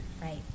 Right